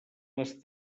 les